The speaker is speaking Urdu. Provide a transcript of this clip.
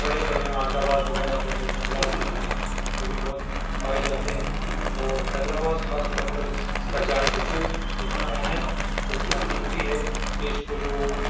بھرے پڑے ہیں عادل آباد وغیرہ کے اندر جنگلات جو ہے نا وہ بھی بہت پائے جاتے ہیں اور حیدرآباد خاص طور پر اس کا جائے وقوع اتنا اہم اور اتنا قیمتی ہے کہ اس کو جو